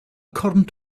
current